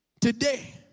today